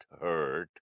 hurt